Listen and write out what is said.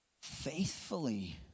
faithfully